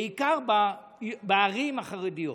בעיקר בערים החרדיות,